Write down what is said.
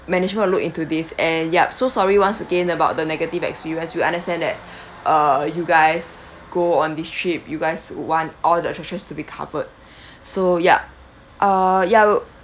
management will look into this and yup so sorry once again about the negative experience we understand that err you guys go on this trip you guys would want all the attractions to be covered so yup err ya we'll